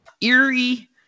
eerie